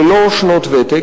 ללא שנות ותק,